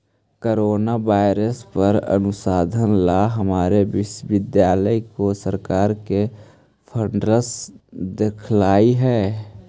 corona virus पर अनुसंधान ला हमारे विश्वविद्यालय को सरकार ने फंडस देलकइ हे